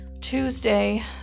Tuesday